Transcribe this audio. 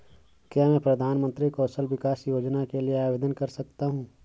क्या मैं प्रधानमंत्री कौशल विकास योजना के लिए आवेदन कर सकता हूँ?